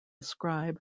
scribe